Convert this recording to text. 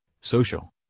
social